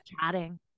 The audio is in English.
chatting